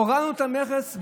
הורדנו את המכס,